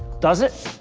does it?